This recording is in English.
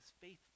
faithful